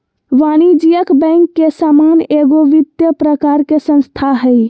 वाणिज्यिक बैंक के समान एगो वित्तिय प्रकार के संस्था हइ